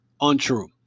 untrue